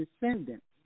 descendants